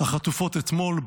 החטופות אתמול,